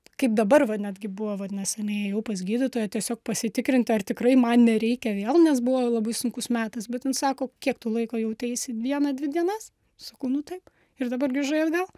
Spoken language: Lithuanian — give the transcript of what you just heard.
kaip dabar va netgi buvo va neseniai jau pas gydytoją tiesiog pasitikrinti ar tikrai man nereikia vėl nes buvo labai sunkus metas bet ten sako kiek tu laiko jauteisi vieną dvi dienas su kūnu taip ir dabar grįžai atgal